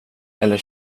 eller